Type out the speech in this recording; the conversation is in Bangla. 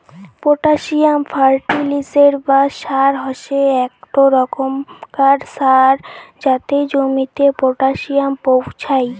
পটাসিয়াম ফার্টিলিসের বা সার হসে একটো রোকমকার সার যাতে জমিতে পটাসিয়াম পোঁছাই